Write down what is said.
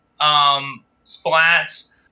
splats